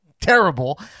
terrible